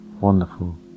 wonderful